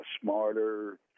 smarter